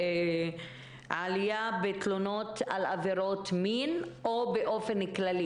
15% עלייה בתלונות על עבירות מין או באופן כללי?